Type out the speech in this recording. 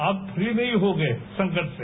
आप फ्री नहीं हो गए संकट से